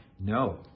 no